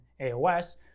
AOS